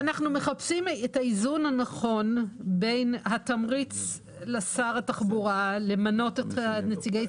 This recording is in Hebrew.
אנחנו מחפשים את האיזון הנכון בין התמריץ לשר התחבורה למנות את נציגי